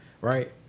right